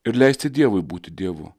ir leisti dievui būti dievu